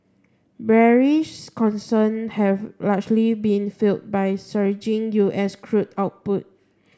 bearish concern have largely been fuelled by surging U S crude output